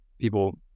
people